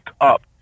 up